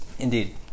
Indeed